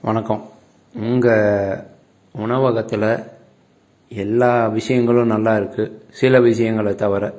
வணக்கம் உங்கள் உணவகத்தில் எல்லா விஷயங்களும் நல்லா இருக்கு சில விஷயங்கள தவிர